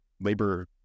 labor